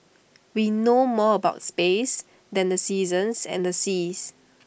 we know more about space than the seasons and the seas